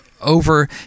over